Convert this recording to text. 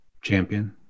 champion